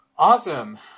Awesome